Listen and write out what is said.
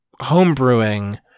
homebrewing